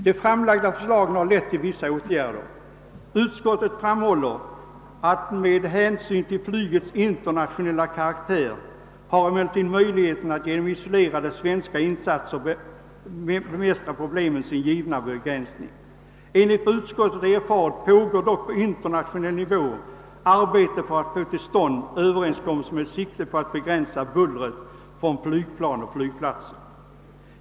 De framlagda förslagen har lett till vissa åtgärder. Utskottet betonar emellertid att med hänsyn till flygets internationella karaktär möjligheterna att genom isolerade svenska insatser bemästra problemen har sin givna begränsning. Enligt vad utskottet erfarit pågår dock på internationell nivå arbete med att få till stånd överenskommelser som siktar till att begränsa bullret från flygplan och flygplatser.